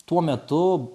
tuo metu